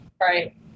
Right